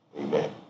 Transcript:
Amen